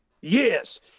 Yes